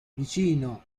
vicino